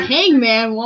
Hangman